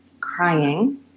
crying